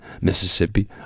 Mississippi